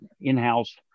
in-house